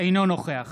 אינו נוכח